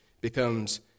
becomes